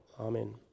Amen